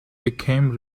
became